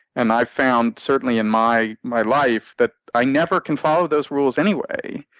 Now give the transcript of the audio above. and i found, certainly in my my life, that i never can follow those rules anyway.